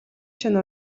чинь